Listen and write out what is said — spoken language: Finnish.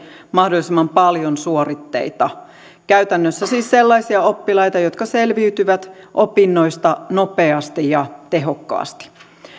mahdollisimman paljon suoritteita käytännössä siis sellaisia oppilaita jotka selviytyvät opinnoista nopeasti ja tehokkaasti